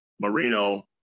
Marino